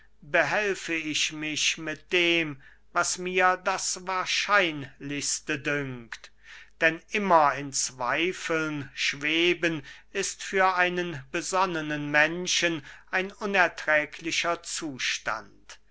behelfe ich mich mit dem was mir das wahrscheinlichste dünkt denn immer in zweifeln schweben ist für einen besonnenen menschen ein unerträglicher zustand